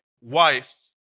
wife